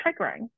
triggering